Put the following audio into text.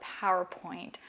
PowerPoint